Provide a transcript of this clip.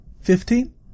Fifteen